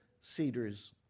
cedars